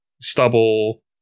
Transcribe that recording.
stubble